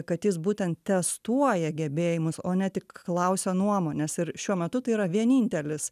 kad jis būtent testuoja gebėjimus o ne tik klausia nuomonės ir šiuo metu tai yra vienintelis